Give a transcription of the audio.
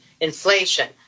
inflation